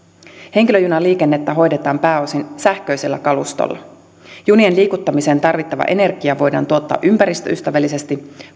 henkilöjunaliikennettä hoidetaan pääosin sähköisellä kalustolla junien liikuttamiseen tarvittava energia voidaan tuottaa ympäristöystävällisesti